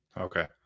Okay